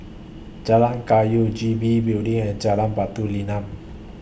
Jalan Kayu G B Building and Jalan Batu Nilam